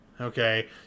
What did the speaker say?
okay